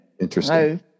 Interesting